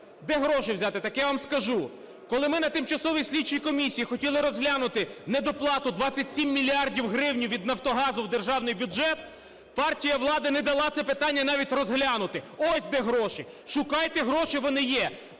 Де гроші взяти? Так я вам скажу, коли ми на тимчасовій слідчій комісії хотіли розглянути недоплату 27 мільярдів гривень від "Нафтогазу" в державний бюджет, партія влади не дала це питання навіть розглянути. Ось де гроші! Шукайте гроші, вони є.